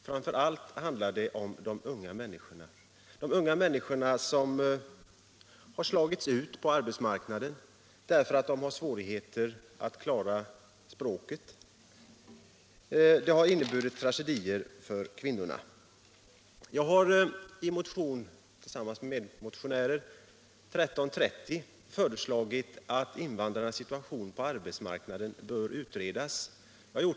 Framför allt handlar det om de unga människorna som slagits ut på arbetsmarknaden därför att de har svårigheter att klara språket. Det har inneburit tragedier för kvinnorna. I motion 1330 har jag tillsammans med medmotionärer föreslagit att invandrarnas situation på arbetsmarknaden skall utredas.